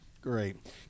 Great